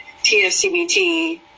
TFCBT